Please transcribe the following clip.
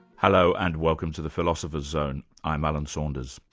hello, and welcome to the philosopher's zone. i'm alan saunders.